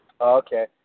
Okay